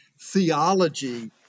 theology